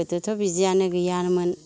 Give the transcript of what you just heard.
गोदोथ' बिदियानो गैयामोन